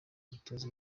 umutoza